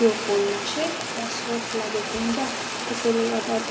त्यो फोनमा चाहिँ पासवर्ड लागेको हुन्छ त्यसैले गर्दा